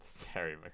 Terry